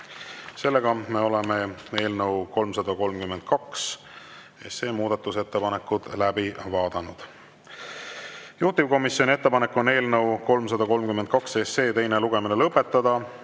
Me oleme eelnõu 332 muudatusettepanekud läbi vaadanud. Juhtivkomisjoni ettepanek on eelnõu 332 teine lugemine lõpetada,